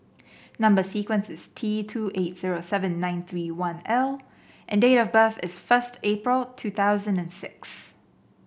number sequence is T two eight zero seven nine three one L and date of birth is first April two thousand and six